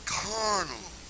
carnal